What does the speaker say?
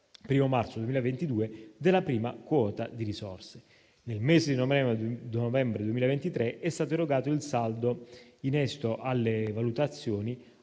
1° marzo 2022, della prima quota delle risorse. Nel mese di novembre 2023 è stato erogato il saldo, in esito alle valutazioni,